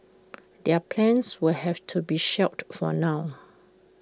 their plans will have to be shelved for now